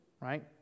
right